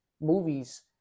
movies